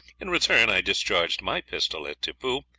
in return i discharged my pistol at tippoo,